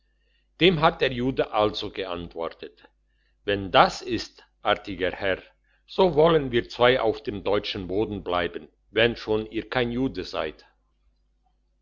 dem hat der jude also geantwortet wenn das ist artiger herr so wollen wir zwei auf dem deutschen boden bleiben wenn schon ihr kein jude seid